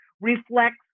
reflects